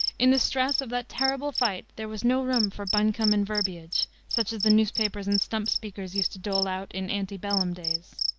in the stress of that terrible fight there was no room for buncombe and verbiage, such as the newspapers and stump-speakers used to dole out in ante bellum days.